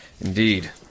Indeed